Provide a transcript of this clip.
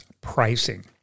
pricing